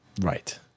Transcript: Right